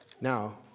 Now